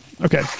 Okay